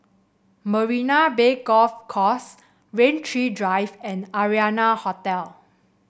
Marina Bay Golf Course Rain Tree Drive and Arianna Hotel